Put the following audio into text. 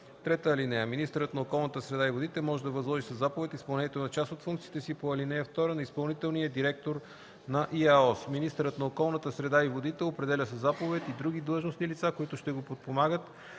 търг. (3) Министърът на околната среда и водите може да възложи със заповед изпълнението на част от функциите си по ал. 2 на изпълнителния директор на ИАОС. Министърът на околната среда и водите определя със заповед и други длъжностни лица, които ще го подпомагат